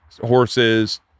horses